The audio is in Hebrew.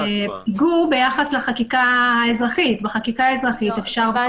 (ג)בבואו להכריז על הגבלה חלקית או על הגבלה מלאה